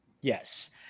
Yes